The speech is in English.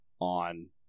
on